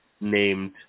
named